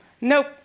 nope